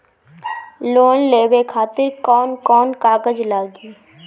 Loan लेवे खातिर कौन कौन कागज लागी?